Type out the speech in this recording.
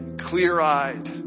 clear-eyed